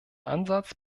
ansatz